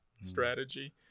strategy